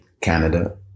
Canada